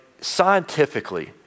scientifically